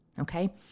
Okay